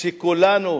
שכולנו